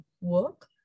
work